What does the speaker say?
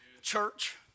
Church